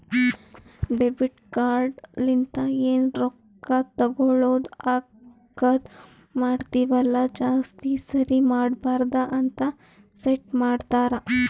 debit card ಲಿಂತ ಎನ್ ರೊಕ್ಕಾ ತಗೊಳದು ಹಾಕದ್ ಮಾಡ್ತಿವಿ ಅಲ್ಲ ಜಾಸ್ತಿ ಸರಿ ಮಾಡಬಾರದ ಅಂತ್ ಸೆಟ್ ಮಾಡ್ತಾರಾ